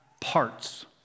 parts